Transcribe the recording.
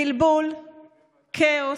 בלבול, כאוס,